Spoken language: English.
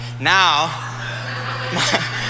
now